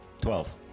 Twelve